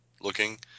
looking